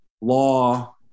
law